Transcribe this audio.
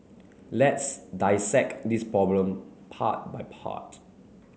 let's dissect this problem part by part